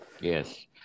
Yes